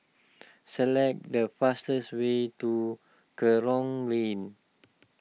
select the fastest way to Kerong rain